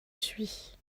suis